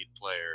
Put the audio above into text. player